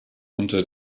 unter